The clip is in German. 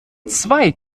zwei